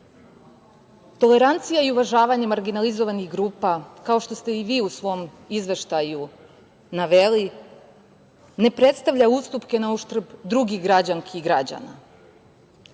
sve. Tolerancija i uvažavanje marginalizovanih grupa, kao što ste i vi u svom izveštaju naveli, ne predstavlja ustupke na uštrb drugih građanki i građana.